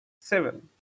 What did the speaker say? Seven